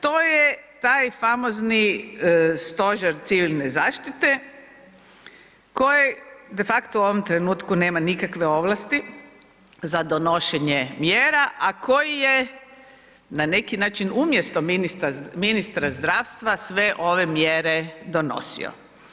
To je taj famozni Stožer civilne zaštite koji de facto u ovom trenutku nema nikakve ovlasti za donošenje mjera, a koji je na neki način umjesto ministra zdravstva sve ove mjere donosio.